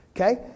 Okay